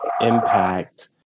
impact –